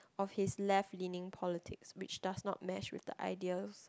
of his left leaning politics which does not match with the ideas